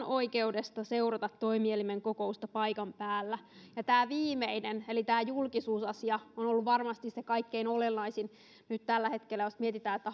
oikeudesta seurata toimielimen kokousta paikan päällä tämä viimeinen eli tämä julkisuusasia on ollut varmasti se kaikkein olennaisin nyt tällä hetkellä jos mietitään että